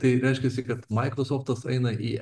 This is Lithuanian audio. tai reiškiasi kad maikrosoftas eina į